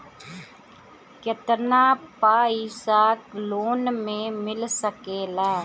केतना पाइसा लोन में मिल सकेला?